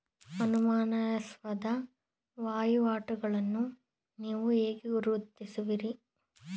ಅನುಮಾನಾಸ್ಪದ ವಹಿವಾಟುಗಳನ್ನು ನೀವು ಹೇಗೆ ಗುರುತಿಸುತ್ತೀರಿ?